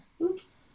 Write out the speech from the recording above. oops